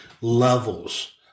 levels